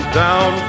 down